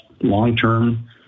long-term